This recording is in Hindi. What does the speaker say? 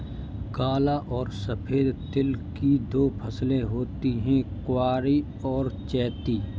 काला और सफेद तिल की दो फसलें होती है कुवारी और चैती